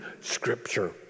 Scripture